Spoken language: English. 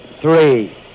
three